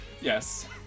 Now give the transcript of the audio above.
Yes